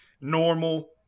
normal